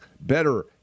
Better